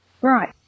Right